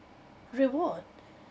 reward